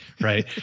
right